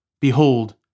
behold